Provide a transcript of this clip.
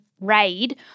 raid